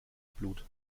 blut